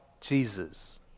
Jesus